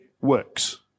works